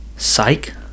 psych